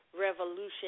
Revolution